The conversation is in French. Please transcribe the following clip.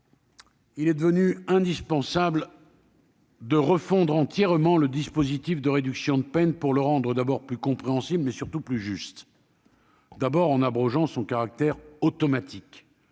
il est devenu indispensable de refondre entièrement le dispositif des réductions de peine, pour le rendre d'abord plus compréhensible, mais surtout plus juste. Il convenait d'abord d'en abroger le caractère automatique.